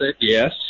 yes